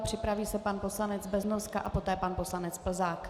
Připraví se pan poslanec Beznoska a poté pan poslanec Plzák.